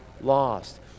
lost